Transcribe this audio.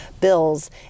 bills